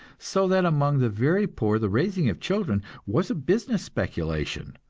so that among the very poor the raising of children was a business speculation,